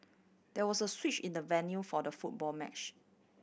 there was a switch in the venue for the football match